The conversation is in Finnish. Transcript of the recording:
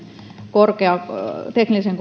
teknillisen